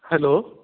hello ਹਾਂਜੀ ਮੈਂ ਸੀਗਾ